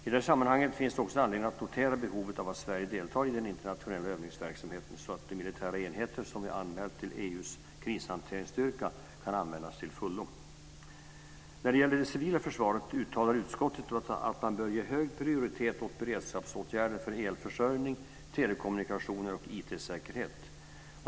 I det sammanhanget finns det också anledning att notera behovet av att Sverige deltar i den internationella övningsverksamheten, så att de militära enheter som vi anmält till EU:s krishanteringsstyrka kan användas till fullo. När det gäller det civila försvaret uttalar utskottet att man bör ge hög prioritet åt beredskapsåtgärder för elförsörjning, telekommunikationer och IT-säkerhet.